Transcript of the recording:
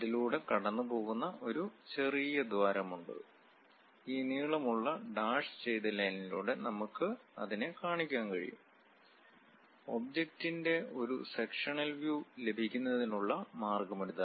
അതിലൂടെ കടന്നുപോകുന്ന ഒരു ചെറിയ ദ്വാരമുണ്ട് ഈ നീളമുള്ള ഡാഷ് ചെയ്ത ലൈനിലൂടെ നമുക്ക് അതിനെ കാണിക്കാൻ കഴിയും ഒബ്ജക്റ്റിന്റെ ഒരു സെക്ഷനൽ വ്യൂ ലഭിക്കുന്നതിനുള്ള മാർഗ്ഗമാണിത്